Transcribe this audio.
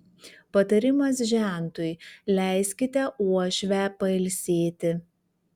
patarimas žentui leiskite uošvę pailsėti